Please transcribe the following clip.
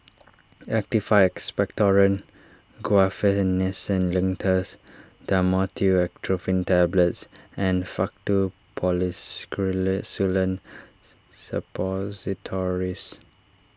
Actified Expectorant Guaiphenesin Linctus Dhamotil Atropine Tablets and Faktu Suppositories